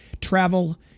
travel